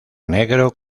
negro